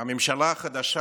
הממשלה החדשה